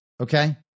okay